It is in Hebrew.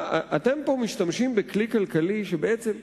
אתם משתמשים פה בכלי כלכלי שבעצם,